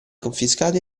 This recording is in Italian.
confiscati